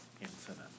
infinite